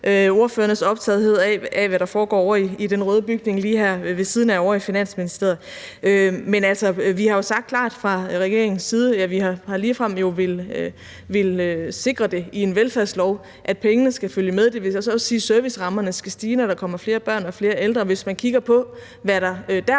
ordførernes optagethed af, hvad der foregår ovre i den røde bygning lige her vi ved siden af, ovre i Finansministeriet. Men, altså, vi har jo sagt klart fra regeringens side – ja, vi har jo ligefrem villet sikre det i en velfærdslov – at pengene skal følge med, og det vil så også sige, at servicerammerne skal stige, når der kommer flere børn og flere ældre. Hvis man kigger på, hvad der